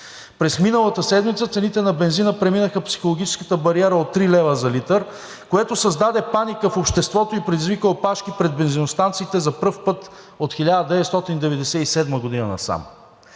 През миналата седмица цените на бензина преминаха психологическата бариера от три лева за литър, което създаде паника в обществото и предизвика опашки пред бензиностанциите за пръв път от 1997 г. насам.